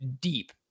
deep